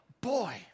boy